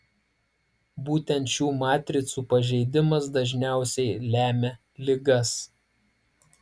būtent šių matricų pažeidimas dažniausiai lemia ligas